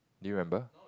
do you remember